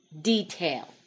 detail